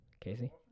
Casey